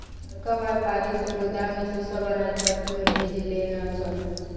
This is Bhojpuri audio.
बड़का वायपारी सन गोदाम में से सब अनाज फैक्ट्री में भेजे ले सन